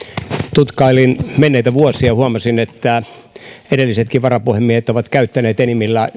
tutkailin menneitä vuosia ja huomasin että edellisetkin varapuhemiehet ovat käyttäneet enimmillään